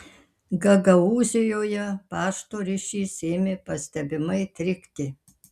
gagaūzijoje pašto ryšys ėmė pastebimai trikti